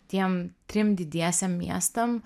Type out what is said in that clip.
tiem trim didiesiem miestam